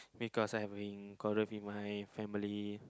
because I've been quarrel with my family